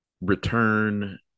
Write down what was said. return